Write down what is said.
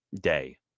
day